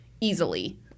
easily